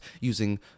using